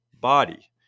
body